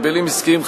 הגבלים עסקיים,